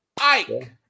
Ike